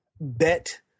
bet